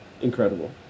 incredible